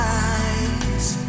eyes